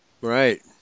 Right